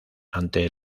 ante